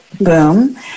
boom